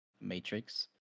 Matrix